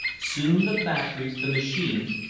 soon the factories, the machines,